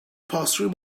passed